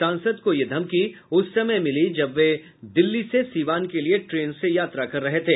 सांसद को यह धमकी उस समय मिली जब वे दिल्ली से सीवान के लिए ट्रेन से यात्रा कर रहे थे